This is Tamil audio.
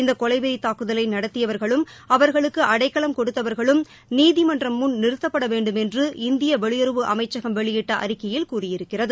இந்த கொலைவெறி தாக்குதலை நடத்தியவர்களும் அவர்களுக்கு அடைக்கலம் கொடுத்தவர்களும் நீதிமன்றம்முன் நிறுத்தப்பட வேண்டும் என்று இந்திய வெளியுறவு அமைச்சகம் வெளியிட்ட அறிக்கையில் கூறியிருக்கிறது